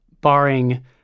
Barring